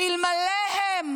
אלמלא הם,